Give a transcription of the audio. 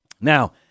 Now